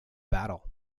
battle